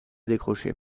décrocher